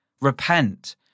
Repent